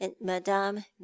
madame